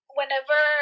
whenever